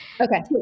Okay